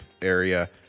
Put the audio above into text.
area